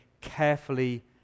carefully